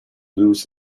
lose